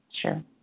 sure